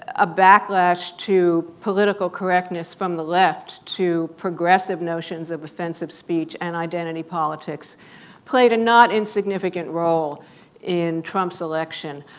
a backlash to political correctness from the left to progressive notions of offensive speech and identity politics played a not insignificant role in trump's election.